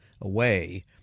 away